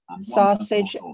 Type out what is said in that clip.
sausage